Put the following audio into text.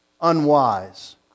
unwise